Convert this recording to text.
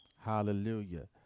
Hallelujah